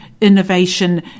Innovation